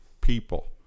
people